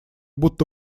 будто